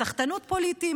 מסחטנות פוליטית,